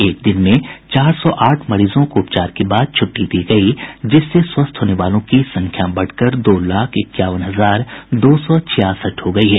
एक दिन में चार सौ आठ मरीजों को उपचार के बाद छुट्टी दी गई जिससे स्वस्थ होने वालों की संख्या बढ़कर दो लाख इक्यावन हजार दो सौ छियासठ हो गई है